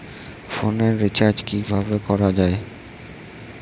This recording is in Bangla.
ফোনের রিচার্জ কিভাবে করা যায়?